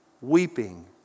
Weeping